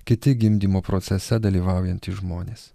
kiti gimdymo procese dalyvaujantys žmonės